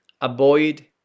avoid